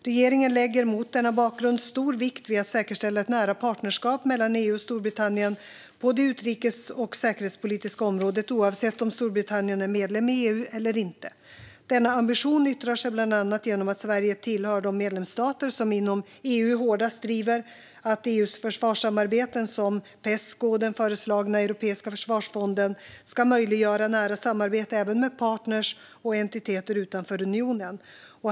Regeringen lägger, mot denna bakgrund, stor vikt vid att säkerställa ett nära partnerskap mellan EU och Storbritannien på det utrikes och säkerhetspolitiska området oavsett om Storbritannien är medlem i EU eller inte. Denna ambition yttrar sig bland annat genom att Sverige tillhör de medlemsstater som inom EU hårdast driver att EU:s försvarssamarbeten, som Pesco och den föreslagna Europeiska försvarsfonden, ska möjliggöra nära samarbete även med partner och entiteter utanför unionen.